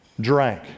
drank